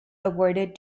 awarded